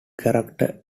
character